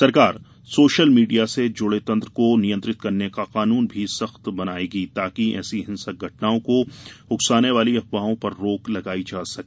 सरकार social media से जुड़े तंत्र को नियंत्रित करने का कानून भी सख्त बनाएगी ताकि ऐसी हिंसक घटनाओं को उकसाने वाली अफवाहों पर रोक लगाई जा सके